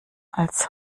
als